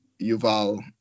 Yuval